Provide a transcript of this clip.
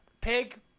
pig